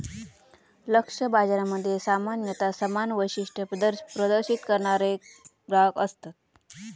लक्ष्य बाजारामध्ये सामान्यता समान वैशिष्ट्ये प्रदर्शित करणारे ग्राहक असतत